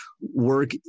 work